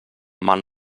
mal